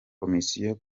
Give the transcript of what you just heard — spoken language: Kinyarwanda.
komisiyo